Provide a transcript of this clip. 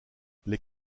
les